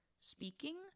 speaking